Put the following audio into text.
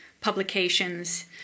publications